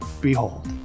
behold